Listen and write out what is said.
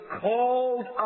called